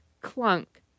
clunk